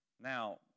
Now